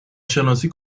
شناسی